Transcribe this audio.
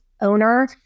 owner